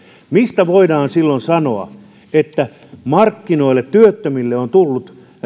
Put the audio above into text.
mistä voidaan silloin sanoa että markkinoille työttömille on tullut